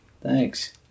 Thanks